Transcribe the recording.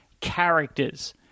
characters